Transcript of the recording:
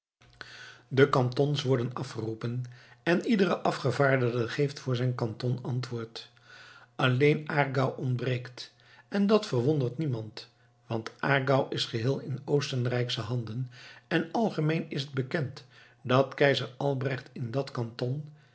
de kantons worden afgeroepen en iedere afgevaardigde geeft voor zijn kanton antwoord alleen aargau ontbreekt en dat verwondert niemand want aargau is geheel in oostenrijksche handen en algemeen is het bekend dat keizer albrecht in dat kanton